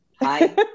Hi